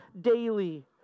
daily